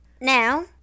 Now